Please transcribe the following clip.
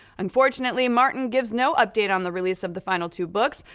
unfortunately, martin gives no update on the release of the final two books,